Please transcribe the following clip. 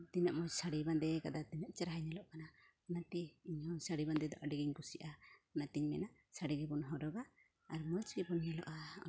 ᱛᱤᱱᱟᱹᱜ ᱢᱚᱡᱽ ᱥᱟᱹᱲᱤ ᱵᱟᱸᱫᱮ ᱠᱟᱫᱟ ᱛᱤᱱᱟᱹᱜ ᱪᱮᱦᱨᱟ ᱧᱮᱞᱚᱜ ᱠᱟᱱᱟ ᱚᱱᱟᱛᱮ ᱤᱧᱦᱚᱸ ᱥᱟᱹᱲᱤ ᱵᱟᱸᱫᱮ ᱫᱚ ᱟᱹᱰᱤ ᱜᱮᱧ ᱠᱩᱥᱤᱭᱟᱜᱼᱟ ᱚᱱᱟᱛᱤᱧ ᱢᱮᱱᱟ ᱥᱟᱹᱲᱤ ᱜᱮᱵᱚᱱ ᱦᱚᱨᱚᱜᱟ ᱟᱨ ᱢᱚᱡᱽ ᱜᱮᱵᱚᱱ ᱧᱮᱞᱚᱜᱼᱟ